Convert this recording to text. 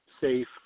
safe